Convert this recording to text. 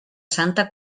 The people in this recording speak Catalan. santa